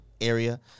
area